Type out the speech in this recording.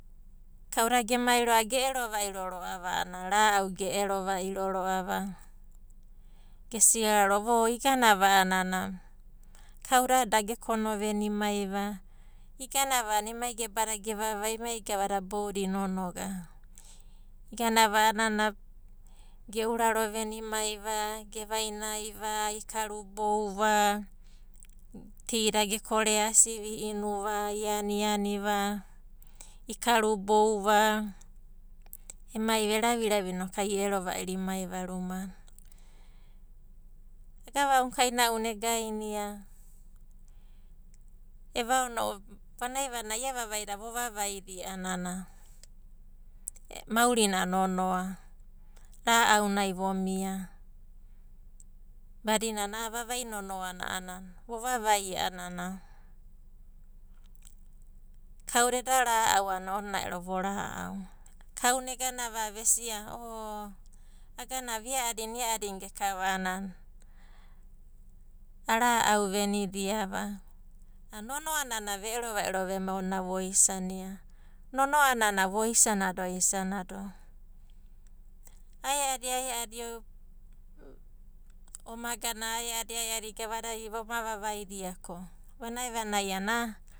Kauda gema ro'ava ge'ero va'iro ro'ava a'ana ra'au ge'ero vairo ro'ava, gesia ro'a o iganava a'ana kauda a'aedada da gekano venimai va. Iganava a'ana amai gebada ge vavai va gavada boudadai inonoga. Iganava a'ana ge ouraro venimai va, ge vainai va, ge karubou va, tida ge koreasi i'inuva, ianiani va, ikarubou va emai eraviravi inoku ai i'ero va'iro imaiva rumana. Agava'u na kaina'una egainia evaono'u vanai vanai ia vavaida vo vavaidia a'ana maurina nonoa, ra'auna vomia, badinana a'a vavai nonoa na vovavaia a'ana kauda eda ra'au a'ana onina ero vo ra'au. Kauna eganava vesia o aganova ia'adina ia'adina gekava a'anana a ra'au venidia a'ana nonoanana ve'ero vemai voisania, nonoa nana voisana do isana do. Ae'adi ae'adi ko, omagana ae'adi ae'adi oma vavaidia ko vanai vanai a'ana.